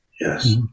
Yes